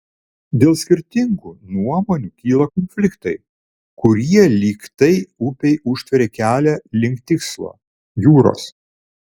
dėl skirtingų nuomonių kyla konfliktai kurie lyg tai upei užtveria kelią link tikslo jūros